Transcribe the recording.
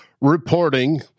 reporting